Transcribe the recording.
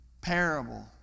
parable